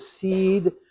seed